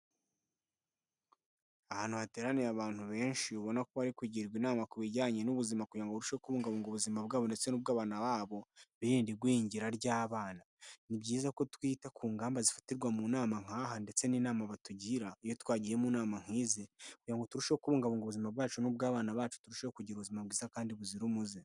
Ahantu hateraniye abantu benshi, ubona ko bari kugirwa inama ku bijyanye n'ubuzima kugira ngo turusheho kubungabunga ubuzima bwabo ndetse n'ubw'abana babo, biririnde ighingira ry'abana. Ni byiza ko twita ku ngamba zifatirwa mu nama nk'aha ndetse n'inama batugira iyo twagiye mu nama nk'izi, kugira ngo turushe kubungabunga ubuzima bwacu n'ubw'abana bacu, turusheho kugira ubuzima bwiza kandi buzira umuze.